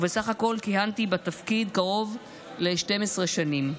ובסך הכול כיהנתי בתפקיד קרוב ל-12 שנים.